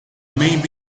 may